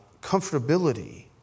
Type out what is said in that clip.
comfortability